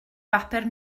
bapur